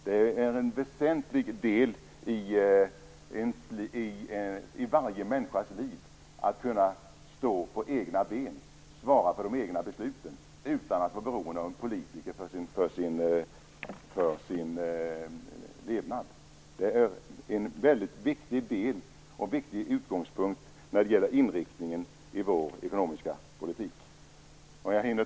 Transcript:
Det är en väsentlig del i varje människas liv att kunna stå på egna ben och svara för de egna besluten utan att vara beroende av politiker för sin levnad. Det är en viktig utgångspunkt när det gäller inriktningen i vår ekonomiska politik.